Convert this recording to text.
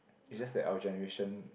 it's just that our generation